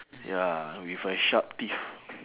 ya with a sharp teeth